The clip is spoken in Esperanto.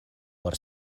por